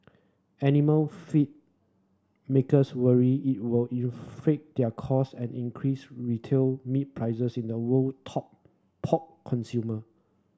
animal feed makers worry it will inflate their cost and increase retail meat prices in the world top pork consumer